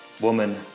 Woman